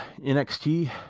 NXT